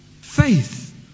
Faith